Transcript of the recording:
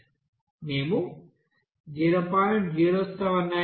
మేము 0